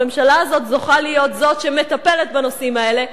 הממשלה הזאת זוכה להיות זאת שמטפלת בנושאים האלה,